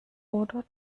oder